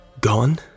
gone